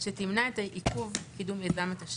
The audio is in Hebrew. שתמנע את עיכוב קידום מיזם התשתית.